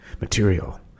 Material